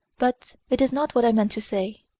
but it is not what i meant to say.